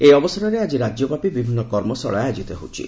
ଏହି ଅବସରରେ ଆକି ରାଜ୍ୟବ୍ୟାପୀ ବିଭିନୁ କର୍ମଶାଳା ଆୟୋଜିତ ହେଉଛି